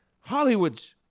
Hollywood's